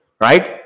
right